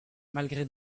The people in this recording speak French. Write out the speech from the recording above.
malgré